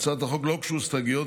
להצעת החוק לא הוגשו הסתייגויות,